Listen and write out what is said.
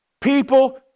People